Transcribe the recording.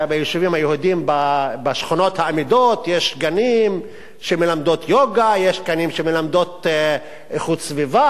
ביישובים היהודיים בשכונות האמידות יש גנים שמלמדים בהם יוגה,